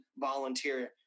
volunteer